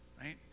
right